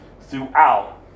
throughout